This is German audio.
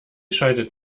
schaltet